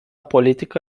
politică